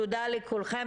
תודה לכולם.